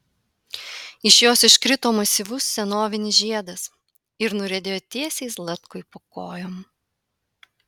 iš jos iškrito masyvus senovinis žiedas ir nuriedėjo tiesiai zlatkui po kojom